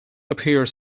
appears